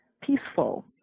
peaceful